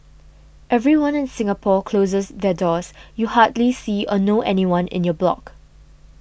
everyone in Singapore closes their doors you hardly see or know anyone in your block